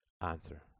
Answer